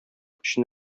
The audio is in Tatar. өчен